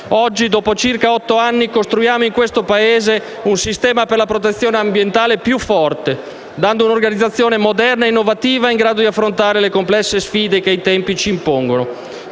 Oggi, dopo circa otto anni, costruiamo in questo Paese un sistema per la protezione ambientale più forte, dando una organizzazione moderna e innovativa in grado di affrontare le complesse sfide che i tempi attuali ci impongono.